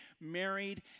married